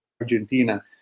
Argentina